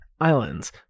islands